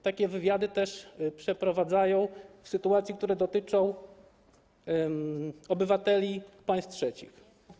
Takie wywiady też przeprowadzają w sytuacji, które dotyczą obywateli państw trzecich.